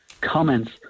comments